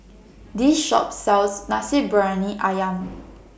This Shop sells Nasi Briyani Ayam